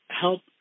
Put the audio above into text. help